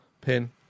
pin